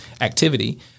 activity